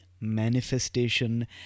manifestation